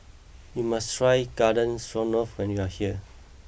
you must try Garden Stroganoff when you are here